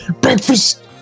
breakfast